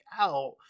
out